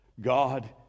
God